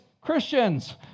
Christians